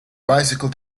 bicycle